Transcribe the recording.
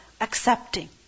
accepting